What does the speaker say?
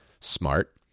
Smart